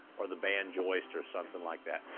or the band joist, or something like that.